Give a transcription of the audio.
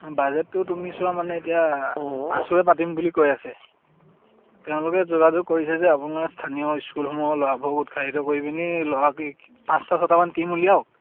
বাজেটটো তুমি চোৱা মানে এতিয়া আছুৱে পাতিম বুলি কৈ আছে তেওঁলোকে যোগাযোগ কৰিছে যে আপোনাৰ স্থানীয় স্কুলসমূহৰ ল'ৰাবোৰক উৎসাহিত কৰি পিনি ল'ৰাকী পাঁচটা ছটামান টীম উলিয়াওক